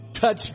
touch